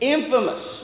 Infamous